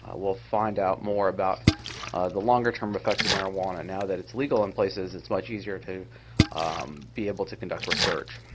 we'll find out more about the longer term effects of marijuana. now that it's legal in places, it's much easier to be able to conduct research.